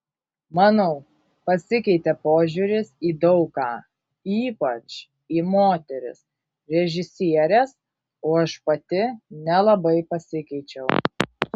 manau pasikeitė požiūris į daug ką ypač į moteris režisieres o aš pati nelabai pasikeičiau